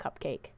cupcake